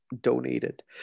donated